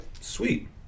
sweet